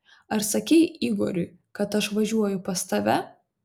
ar sakei igoriui kad aš važiuoju pas tave